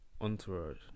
Entourage